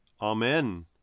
Amen